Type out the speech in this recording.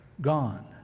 gone